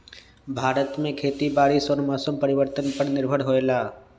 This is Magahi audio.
भारत में खेती बारिश और मौसम परिवर्तन पर निर्भर होयला